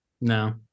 No